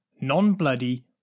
non-bloody